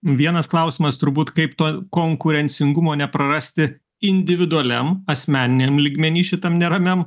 vienas klausimas turbūt kaip to konkurencingumo neprarasti individualiam asmeniniam lygmeny šitam neramiam